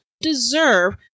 deserve